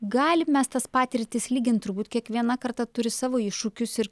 galim mes tas patirtis lygint turbūt kiekviena karta turi savo iššūkius ir